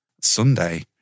Sunday